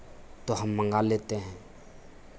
तो हम मंगा लेते हैं